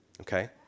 Okay